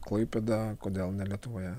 klaipėda kodėl ne lietuvoje